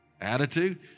attitude